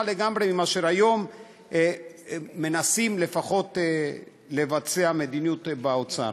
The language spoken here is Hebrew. לגמרי מהגישה שהיום לפחות מנסים ליישם לפי מדיניות האוצר.